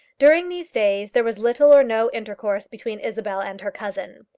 during these days there was little or no intercourse between isabel and her cousin.